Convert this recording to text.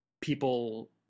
people